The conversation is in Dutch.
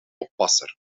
oppasser